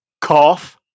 Cough